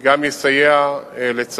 חש